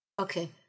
Okay